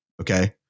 Okay